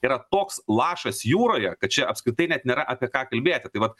yra toks lašas jūroje kad čia apskritai net nėra apie ką kalbėti tai vat